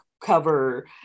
cover